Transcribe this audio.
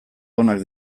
onak